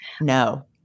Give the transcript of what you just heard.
No